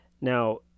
now